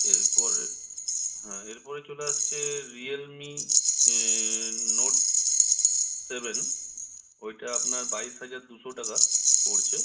এরপরে হ্যাঁ এরপরে চলে আসছে রিয়েলমি নোট সেভেন ওইটা আপনার বাইশ হাজার দুশো টাকা পড়ছে